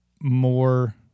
more